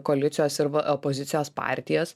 koalicijos ir opozicijos partijas